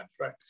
right